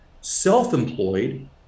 Self-employed